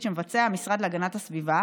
שיירה של רכבים,